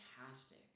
fantastic